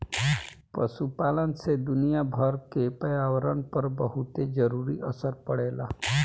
पशुपालन से दुनियाभर के पर्यावरण पर बहुते जरूरी असर पड़ेला